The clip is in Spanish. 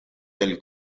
del